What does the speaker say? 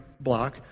block